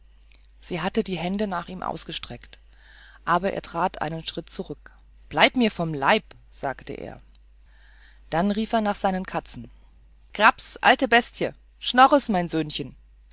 sie hatte die hände nach ihm ausgestreckt aber er trat einen schritt zurück bleib mir vom leibe sagte er dann rief er nach seinen katzen graps alte bestie schnores mein söhnchen